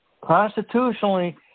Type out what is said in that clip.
Constitutionally